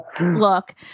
look